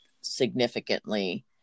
significantly